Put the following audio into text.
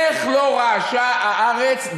איך לא רעשה הארץ?